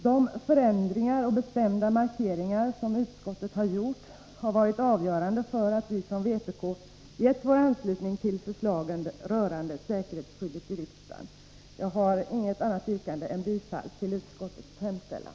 De förändringar och bestämda markeringar som utskottet har gjort har varit avgörande för att vi från vpk anslutit oss till förslagen rörande säkerhetsskyddet i riksdagen. Jag har inget annat yrkande än bifall till utskottets hemställan.